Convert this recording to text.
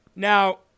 Now